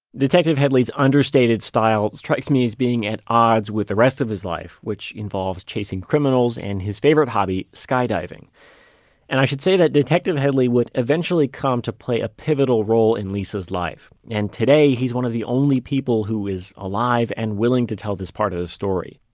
detective headley's understated style strikes me as being at odds with the rest of his life, which involves chasing criminals and his favorite hobby, skydiving and i should say that detective headley would eventually come to play a pivotal role in lisa's life, and today, he's one of the only people who is alive and willing to tell this part of the story.